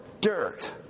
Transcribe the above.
dirt